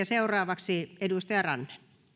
seuraavaksi edustaja ranne arvoisa